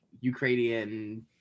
Ukrainian